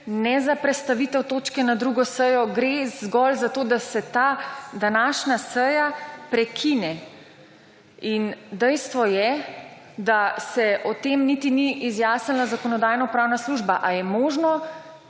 ne za predstavitev točke na drugo sejo, gre zgolj za to, da se ta današnja seja prekine in dejstvo je, da se o tem niti ni izjasnila Zakonodajno-pravna služba. Ali je možno